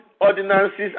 ordinances